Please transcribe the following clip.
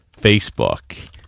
facebook